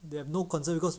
they have no concern because